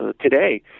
today